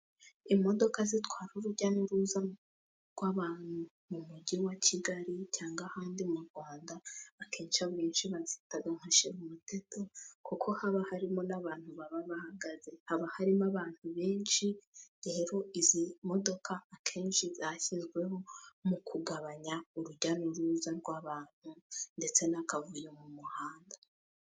Imodoka zitwara urujya n'uruza rw'abantu mu mujyi wa kigali cyanga ahandi mu Rwanda, akenshi beshi bazitaga nka shirumuteto, kuko haba harimo n'abantu baba bahagaze, haba harimo abantu benshi, izi modoka akenshi zashyizweho mu kugabanya urujya n'uruza rw'abantu ndetse n'akavuyo mu muhanda.